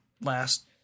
last